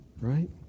Right